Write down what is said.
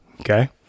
okay